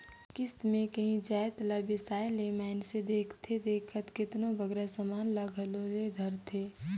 किस्त में कांही जाएत ला बेसाए ले मइनसे देखथे देखत केतनों बगरा समान ल घलो ले धारथे